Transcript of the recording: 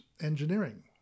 engineering